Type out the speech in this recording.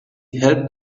helped